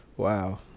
Wow